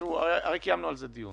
הרי קיימנו על זה דיון.